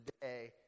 today